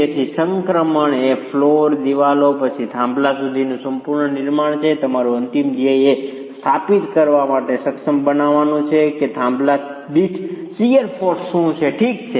તેથી સંક્રમણ એ ફ્લોર દિવાલો અને પછી થાંભલા સુધીનું સંપૂર્ણ નિર્માણ છે અને તમારું અંતિમ ધ્યેય એ સ્થાપિત કરવા માટે સક્ષમ બનવાનું છે કે થાંભલા દીઠ શીર્સ ફોર્સ શું છે ઠીક છે